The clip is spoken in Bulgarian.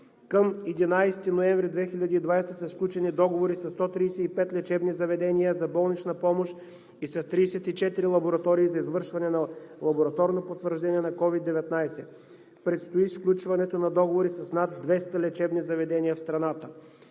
Към 11 ноември 2020 г. са сключени договори със 135 лечебни заведения за болнична помощ и с 34 лаборатории за извършване на лабораторно потвърждение на COVID-19. Предстои сключването на договори с над 200 лечебни заведения в страната.